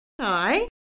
Hi